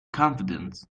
confident